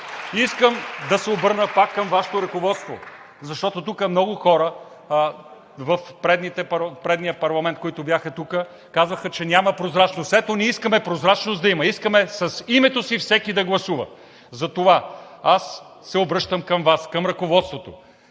искам да се обърна пак към Вашето ръководство, защото много хора в предния парламент, които бяха тук, казваха, че няма прозрачност. Ето, ние искаме прозрачност да има, искаме с името си всеки да гласува. Затова аз се обръщам към Вас, към ръководството,